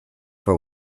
for